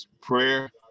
prayer